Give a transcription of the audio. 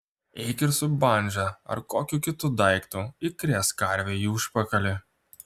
eik ir su bandža ar kokiu kitu daiktu įkrėsk karvei į užpakalį